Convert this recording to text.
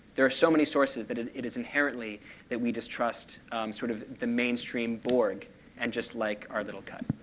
there are so many sources that it it is inherently that we distrust sort of the mainstream borg and just like our little cut.